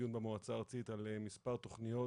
דיון במועצה הארצית על מספר תכניות